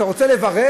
כשאתה רוצה לברר,